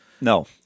No